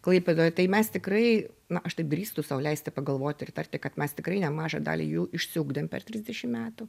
klaipėdoje tai mes tikrai na aš taip drįstu sau leisti pagalvoti ir įtarti kad mes tikrai nemažą dalį jų išsiugdėm per trisdešim metų